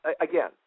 again